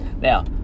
Now